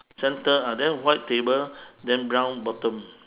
centre ah then white table then brown bottom